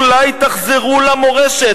אולי תחזרו למורשת,